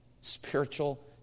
spiritual